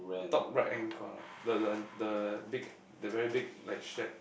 top right hand corner the the the big the very big like shack